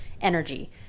energy